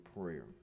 prayer